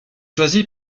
choisi